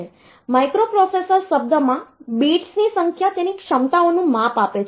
microprocessor શબ્દમાં બિટ્સની સંખ્યા તેની ક્ષમતાઓનું માપ છે